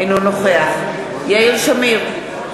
אינו נוכח יאיר שמיר,